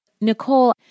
Nicole